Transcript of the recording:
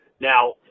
Now